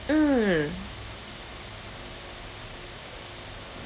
mm